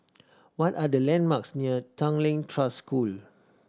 what are the landmarks near Tanglin Trust School